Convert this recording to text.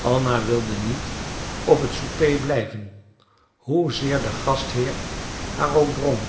anna wilde niet op het souper blijven hoezeer de gastheer haar ook drong